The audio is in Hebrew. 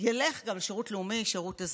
ילך גם לשירות לאומי ולשירות אזרחי.